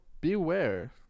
beware